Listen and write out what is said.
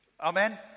Amen